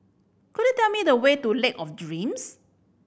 could you tell me the way to Lake of Dreams